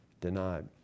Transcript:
denied